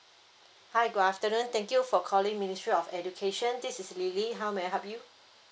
hi good afternoon thank you for calling ministry of education this is lily how may I help you